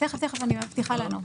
תיכף אענה.